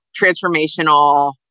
transformational